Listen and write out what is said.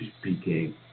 speaking